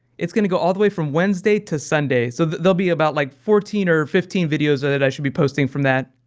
it's going to go all the way from wednesday to sunday, so there'll be about like fourteen or fifteen videos that i should be posting from that.